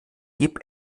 gib